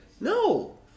No